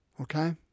Okay